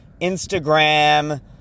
Instagram